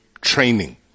training